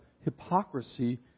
hypocrisy